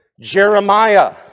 Jeremiah